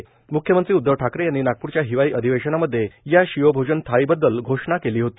म्ख्यमंत्री उध्दव ठाकरे यांनी नागपूरच्या हिवाळी अधिवेशनामध्ये या शिवभोजन थाळी घोषणा केली होती